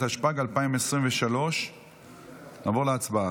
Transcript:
התשפ"ג 2023. נעבור להצבעה.